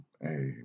hey